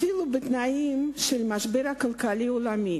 אפילו בתנאים של המשבר הכלכלי העולמי